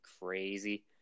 crazy